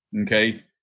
okay